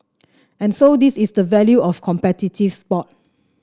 and so this is the value of competitive sport